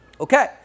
Okay